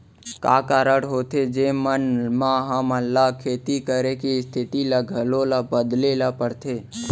का का कारण होथे जेमन मा हमन ला खेती करे के स्तिथि ला घलो ला बदले ला पड़थे?